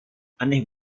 aneh